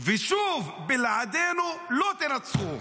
ושוב, בלעדינו לא תנצחו.